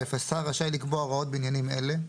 השר רשאי לקבוע הוראות בעניינים אלה: